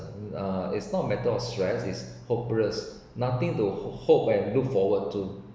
it's not a matter of stress is hopeless nothing to hope and look forward to